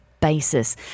basis